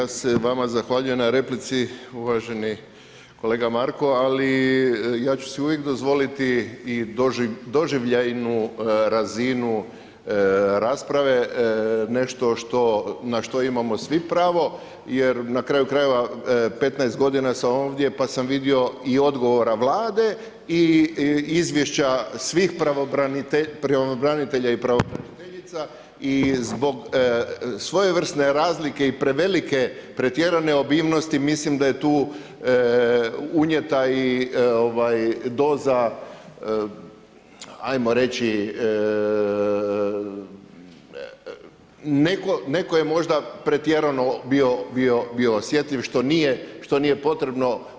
Ja se vama zahvaljujem na replici, uvaženo kolega Marko, ali ja ću si uvijek dozvoliti i doživljajnu razinu rasprave, nešto na što imamo svi pravo jer na kraju krajeva 15 godina sam ovdje pa sam vidio i odgovora Vlade i izvješća svih pravobranitelja i pravobraniteljica i zbog svojevrsne razlike i prevelike pretjerane obimnosti mislim da je tu unijeta i doza ajmo reći, netko je možda pretjerano bio osjetljiv što nije potrebno.